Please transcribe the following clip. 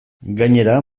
gainera